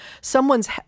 someone's